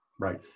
Right